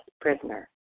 prisoner